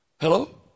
Hello